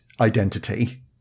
identity